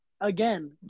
Again